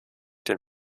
den